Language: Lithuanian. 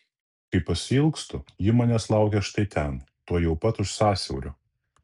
kai pasiilgstu ji manęs laukia štai ten tuojau pat už sąsiaurio